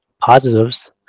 positives